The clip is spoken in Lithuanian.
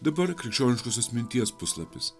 dabar krikščioniškos minties puslapis